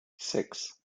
six